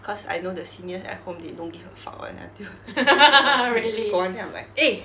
cause I know the seniors at home they don't give a fuck [one] until got one day I'm like eh